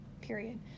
period